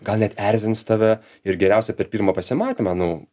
gal net erzins tave ir geriausia per pirmą pasimatymą nu